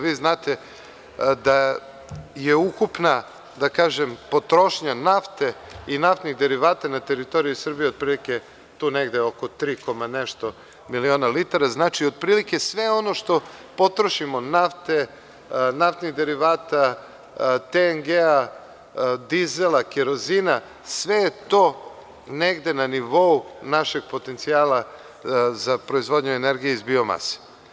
Vi znate da je ukupna potrošnja nafte i naftnih derivata na teritoriji Srbije, otprilike tri i nešto miliona litara, otprilike sve ono što potrošimo nafte, naftne derivate, TNG-a, dizela, kerozina, sve je to negde na nivou našeg potencijala za proizvodnju energije iz biomase.